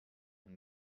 and